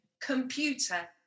computer